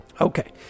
Okay